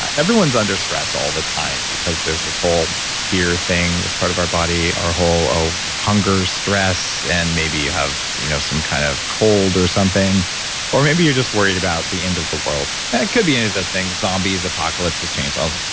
everyone's under stress all the time, because there's this whole fear thing. it's part of our body, our whole of hunger, stress, and maybe you have you know some kind of cold or something or maybe you're just worried about the end of the world. it could be any of those things zombies, apocalypse chainsaws,